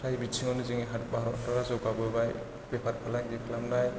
फ्राय बिथिङावनो जोंनि भारत हादरआ जौगाबोबाय बेफार फालांगि खालामनाय